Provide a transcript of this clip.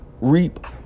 reap